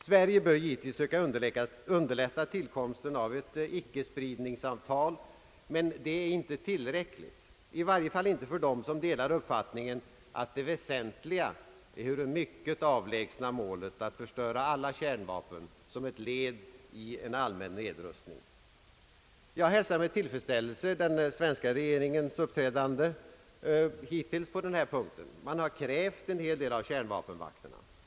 Sverige bör givetvis försöka underlätta tillkomsten av ett icke-spridningsavtal, men det är inte tillräckligt, i varje fall inte för dem som delar uppfattningen att det väsentliga ehuru mycket avlägsna målet är att förstöra alla kärnvapen som ett led i en allmän nedrustning. Jag hälsar med tillfredsställelse den svenska regeringens uppträdande hittills på denna punkt. Man har krävt en hel del av kärnvapenmakterna.